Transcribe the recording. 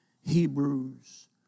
Hebrews